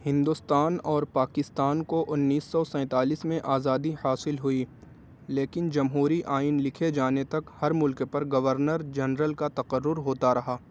ہندوستان اور پاکستان کو انیس سو سینتالیس میں آزادی حاصل ہوئی لیکن جمہوری آئین لکھے جانے تک ہر ملک پر گورنر جنرل کا تقرر ہوتا رہا